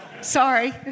Sorry